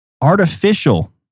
Artificial